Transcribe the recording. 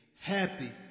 Happy